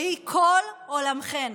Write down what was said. שהיא כל עולמכן,